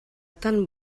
tan